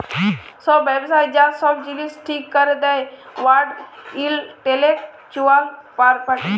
ছব ব্যবসার যা ছব জিলিস ঠিক ক্যরে দেই ওয়ার্ল্ড ইলটেলেকচুয়াল পরপার্টি